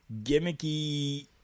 gimmicky